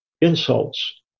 insults